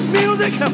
music